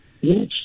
Yes